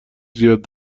زیاد